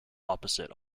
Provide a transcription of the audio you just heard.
opposite